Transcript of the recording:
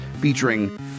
featuring